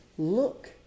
Look